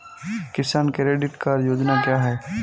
किसान credit card योजना क्या है?